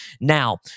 now